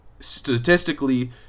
Statistically